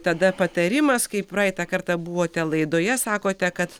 tada patarimas kai praeitą kartą buvote laidoje sakote kad